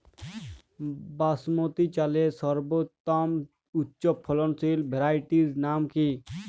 বাসমতী চালের সর্বোত্তম উচ্চ ফলনশীল ভ্যারাইটির নাম কি?